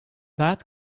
that